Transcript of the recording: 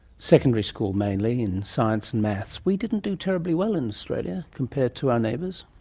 secondary school mainly in science and maths, we didn't do terribly well in australia compared to our neighbours.